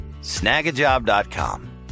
snagajob.com